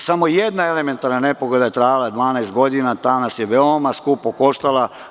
Samo jedna elementarna nepogoda je trajala 12 godina, ta nas je veoma skupo koštala.